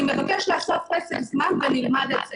אני מבקש לעשות פסק זמן ונלמד את זה.